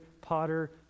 potter